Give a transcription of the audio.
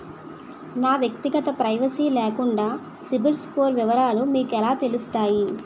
నా వ్యక్తిగత ప్రైవసీ లేకుండా సిబిల్ స్కోర్ వివరాలు మీకు ఎలా తెలుస్తాయి?